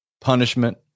punishment